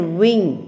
wing